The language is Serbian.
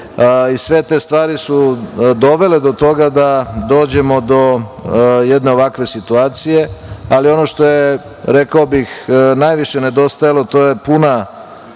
Sve te stvari su dovele do toga da dođemo do jedne ovakve situacije. Ali ono što je, rekao bih, najviše nedostajalo, to je puna